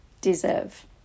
deserve